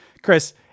Chris